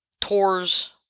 tours